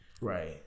Right